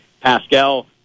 Pascal